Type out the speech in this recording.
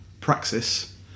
praxis